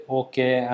okay